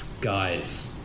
guys